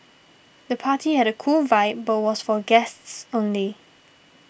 the party had a cool vibe but was for guests only